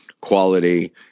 quality